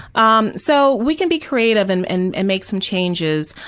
um so we can be creative and and and make some changes.